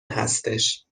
هستش